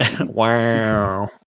wow